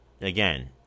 again